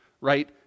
right